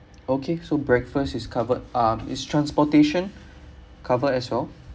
okay so breakfast is covered um is transportation covered as well